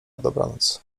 dobranoc